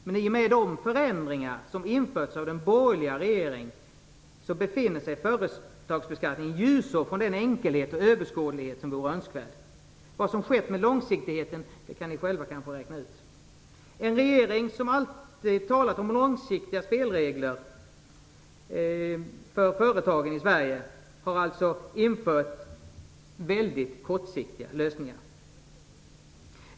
Men i och med de förändringar som införts av den borgerliga regeringen, befinner sig företagsbeskattningen ljusår från den enkelhet och överskådlighet som vore önskvärd. Ni kan själva räkna ut vad som har hänt med långsiktigheten. En regering som alltid har talat om långsiktiga spelregler för företagen i Sverige har alltså infört väldigt kortsiktiga lösningar.